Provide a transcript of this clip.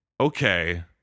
Okay